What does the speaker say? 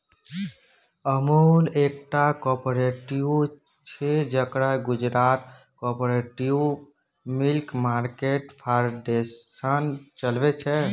अमुल एकटा कॉपरेटिव छै जकरा Gujarat cooperative milk market federation चलबै छै